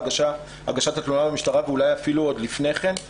משלב הגשת התלונה למשטרה ואולי אפילו עוד לפני כן,